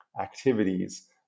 activities